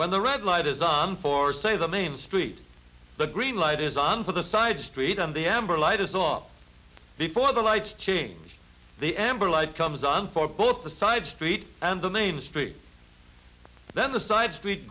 when the red light is on for say the main street the green light is on for the side street and the amber light is off before the lights change the amber light comes on for both the side streets and the main street then the side street